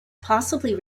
possibly